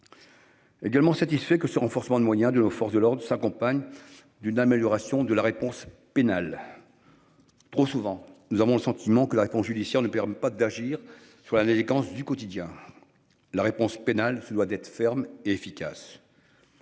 Également satisfait que ce renforcement de moyens de nos forces de l'ordre s'accompagne d'une amélioration de la réponse pénale. Trop souvent, nous avons le sentiment que la réponse judiciaire ne permet pas d'agir sur la délinquance du quotidien. La réponse pénale se doit d'être ferme et efficace.--